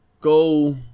go